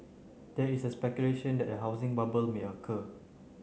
there is the speculation that a housing bubble may occur